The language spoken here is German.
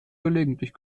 gelegentlich